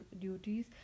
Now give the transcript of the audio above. duties